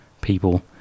people